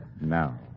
now